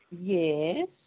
Yes